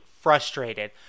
frustrated